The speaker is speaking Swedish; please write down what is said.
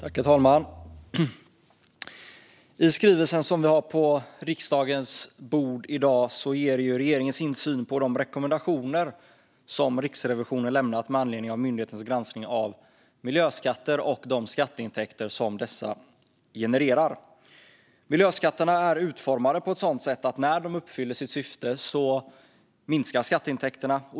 Herr ålderspresident! I skrivelsen som vi har på riksdagens bord i dag ger regeringen sin syn på de rekommendationer som Riksrevisionen lämnat med anledning av myndighetens granskning av miljöskatter och de skatteintäkter som dessa genererar. Miljöskatterna är utformade på ett sådant sätt att när de uppfyller sitt syfte minskar skatteintäkterna.